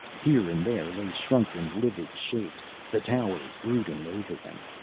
here and there lay shrunken, livid shapes, the towers brooding over them.